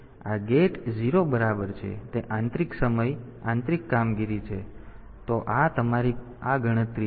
તેથી આ ગેટ 0 બરાબર છે તે આંતરિક સમય આંતરિક કામગીરી છે તો આ તમારી આ ગણતરી છે